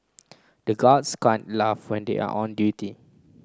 the guards can't laugh when they are on duty